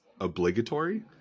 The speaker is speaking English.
obligatory